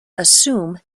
assume